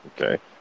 Okay